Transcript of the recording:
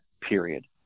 period